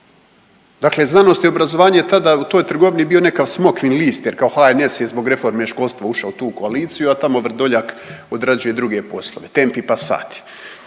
Dakle, znanost i obrazovanje je tada u toj trgovini bio nekakav smokvin list, jer kao HNS je zbog reforme školstva ušao u tu koaliciju, a tamo Vrdoljak odrađuje druge poslove tempi passati.